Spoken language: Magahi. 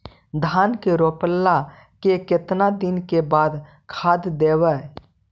धान के रोपला के केतना दिन के बाद खाद देबै?